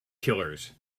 killers